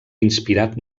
inspirat